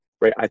right